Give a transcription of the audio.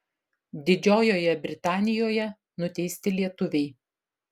didžiojoje britanijoje nuteisti lietuviai